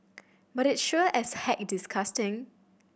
but it sure as heck disgusting